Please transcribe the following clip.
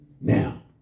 Now